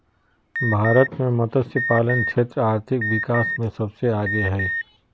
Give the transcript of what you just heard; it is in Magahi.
भारत मे मतस्यपालन क्षेत्र आर्थिक विकास मे सबसे आगे हइ